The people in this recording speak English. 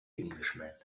englishman